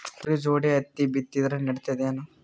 ತೊಗರಿ ಜೋಡಿ ಹತ್ತಿ ಬಿತ್ತಿದ್ರ ನಡಿತದೇನು?